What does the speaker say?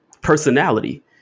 personality